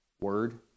word